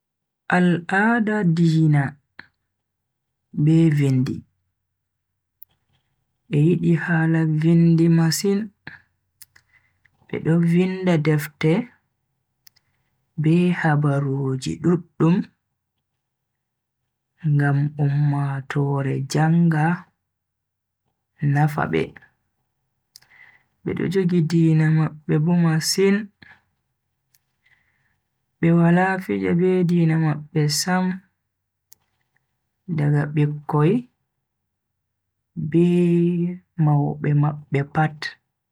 Al'ada diina, be vindi. Be yidi hala vindi masin, bedo vinda defte be habaruuji duddum ngam ummatoore janga nafa be. Bedo jogi diina mabbe bo masin be wala fija be diina mabbe sam daga bikkoi be maube mabbe pat.